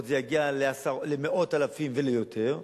זה עוד יגיע למאות אלפים ויותר,